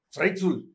Frightful